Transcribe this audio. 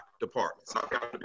departments